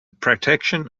protection